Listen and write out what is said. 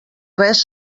res